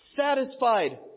satisfied